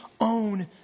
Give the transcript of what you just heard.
own